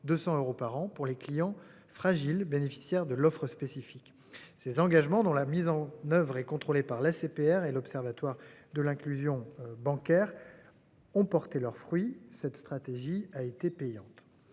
200 euros par an pour les clients fragiles bénéficiaire de l'offre spécifique ses engagements dont la mise en neuve re-contrôlée par l'ACPR et l'observatoire. De l'inclusion bancaire. Ont porté leurs fruits. Cette stratégie a été payante.